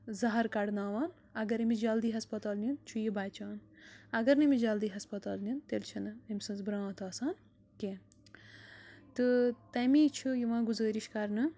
زَہر کَڑناوان اگر أمِس جلدی ہَسپَتال نِیُن چھُ یہِ بَچان اگر نہٕ أمِس جلدی ہَسپَتال نِنۍ تیٚلہِ چھَنہٕ أمۍ سٕنٛز برٛانتھ آسان کیٚنٛہہ تہٕ تَمی چھُ یِوان گُزٲرِش کَرنہٕ